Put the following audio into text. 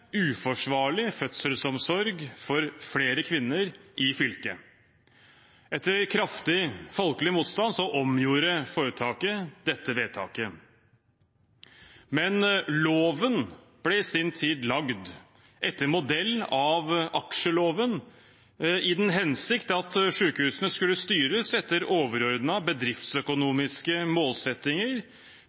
uforsvarlig fødselsomsorg for flere kvinner i fylket. Etter kraftig folkelig motstand omgjorde foretaket dette vedtaket. Men loven ble i sin tid laget etter modell av aksjeloven, i den hensikt at sykehusene skulle styres etter overordnede bedriftsøkonomiske målsettinger,